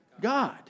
God